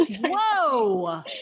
Whoa